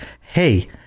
hey